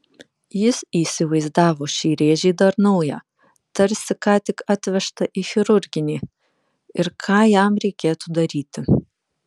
jis įsivaizdavo šį rėžį dar naują tarsi ką tik atvežtą į chirurginį ir ką jam reikėtų daryti